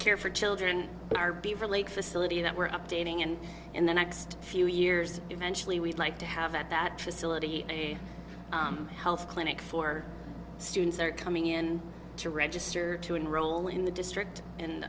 care for children are being relate facility that we're updating and in the next few years eventually we'd like to have at that facility a health clinic for students are coming in to register to enroll in the district and